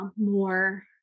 more